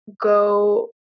go